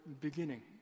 beginning